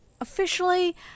officially